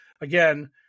again